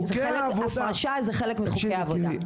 הפרשה זה חלק מחוקי העבודה.